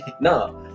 no